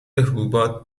حبوبات